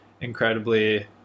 incredibly